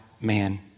man